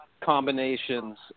combinations